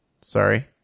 Sorry